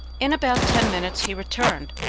in about ten minutes he returned,